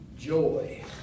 joy